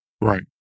Right